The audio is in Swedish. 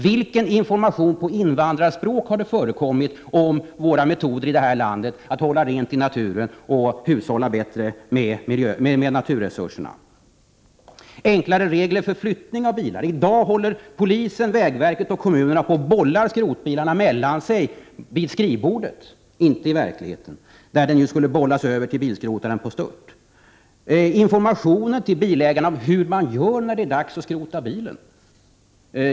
Vilken information på invandrarspråk har förekommit om metoderna i det här landet att hålla rent i naturen och hushålla bättre med naturresurserna? Det borde också vara enklare regler för flyttning av bilar. I dag håller polisen, vägverket och kommunerna på att bolla frågan om skrotbilarna mellan sig — vid skrivbordet, inte i verkligheten. Frågan skulle ju i stället genast bollas över till bilskrotaren. Det skulle också behövas information till bilägarna om hur de skall göra när det är dags att skrota bilen.